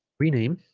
rename